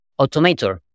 automator